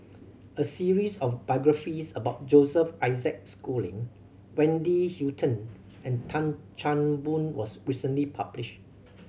a series of biographies about Joseph Isaac Schooling Wendy Hutton and Tan Chan Boon was recently published